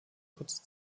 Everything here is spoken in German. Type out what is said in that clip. kurze